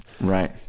Right